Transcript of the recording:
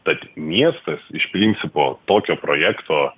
tad miestas iš principo tokio projekto